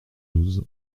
douze